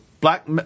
Black